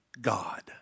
God